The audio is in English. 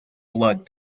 blood